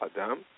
Adam